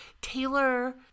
Taylor